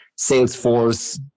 Salesforce